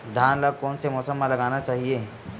धान ल कोन से मौसम म लगाना चहिए?